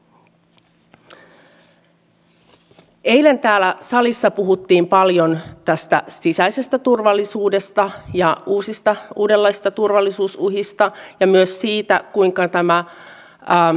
tähän asti tekesin rahoituspäätökset on tehty valtakunnallisesti niin että kaikille hankkeille on samat kriteerit riippumatta siitä missäpäin suomea ne ovat